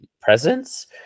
presence